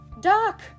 Doc